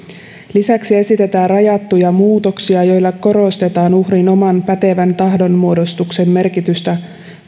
lisäksi esitetään rajattuja muutoksia joilla korostetaan uhrin oman pätevän tahdonmuodostuksen merkitystä